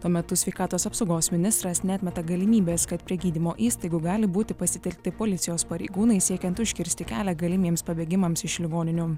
tuo metu sveikatos apsaugos ministras neatmeta galimybės kad prie gydymo įstaigų gali būti pasitelkti policijos pareigūnai siekiant užkirsti kelią galimiems pabėgimams iš ligoninių